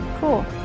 Cool